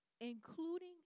Including